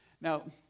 Now